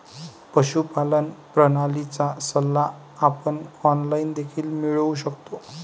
पशुपालन प्रणालीचा सल्ला आपण ऑनलाइन देखील मिळवू शकतो